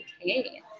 okay